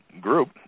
group